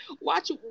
Watch